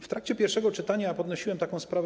W trakcie pierwszego czytania podnosiłem taką sprawę.